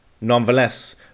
Nonetheless